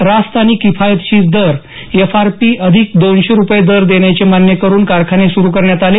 रास्त आणि किफायतयशीर दर एफआरपी अधिक दोनशे रुपये दर देण्याचे मान्य करून कारखाने सुरू करण्यात आले